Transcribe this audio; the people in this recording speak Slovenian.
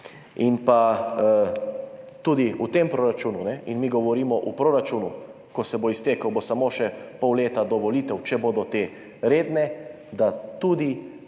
Pa tudi ta proračun, mi govorimo o proračunu, ko se bo iztekel, bo samo še pol leta do volitev, če bodo te redne, tudi